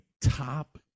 top